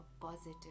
positive